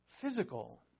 physical